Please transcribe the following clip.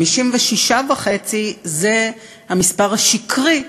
56.5 זה המספר השקרי,